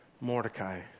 Mordecai